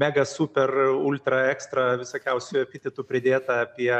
mega super ultra ekstra visokiausių epitetų pridėta apie